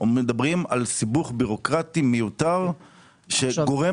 מדברות על סיבוך ביורוקרטי מיותר שגורם